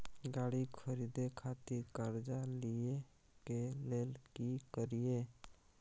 गाड़ी खरीदे खातिर कर्जा लिए के लेल की करिए?